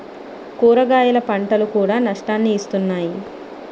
కూరగాయల పంటలు కూడా నష్టాన్ని ఇస్తున్నాయి